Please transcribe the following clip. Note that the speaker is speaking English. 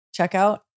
checkout